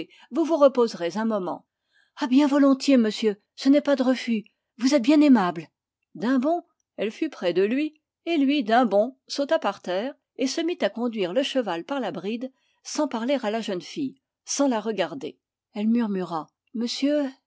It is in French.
vous vous reposerez un moment ah bien volontiers monsieur ça n'est pas de refus vous êtes bien aimable d'un bond elle fut près de lui et lui d'un bond sauta par terre et se mit à conduire le cheval par la bride sans parler à la jeune fille sans la regarder elle murmura monsieur